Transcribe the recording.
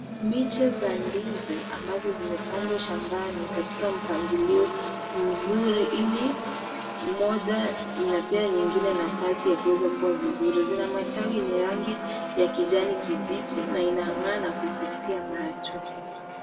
Miche za ndizi, ambazo zimepandwa shambani ,katika mpangilio mzuri ili moja inapea nyingine nafasi ya kuweza kua vizuri. Zina matawi yenye rangi ya kijani kibichi na inang'aa na kuvutia macho.